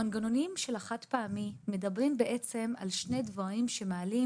המנגנונים של החד-פעמי מדברים על שני דברים שמעלים